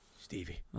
Stevie